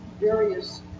various